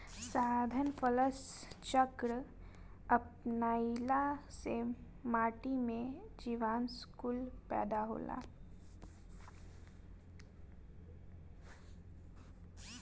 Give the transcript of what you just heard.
सघन फसल चक्र अपनईला से माटी में जीवांश कुल पैदा होला